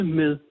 med